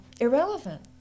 irrelevant